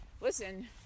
listen